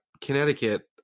Connecticut